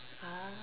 ah